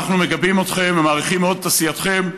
אנחנו מגבים אתכם ומעריכים מאוד את עשייתכם,